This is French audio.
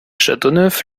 châteauneuf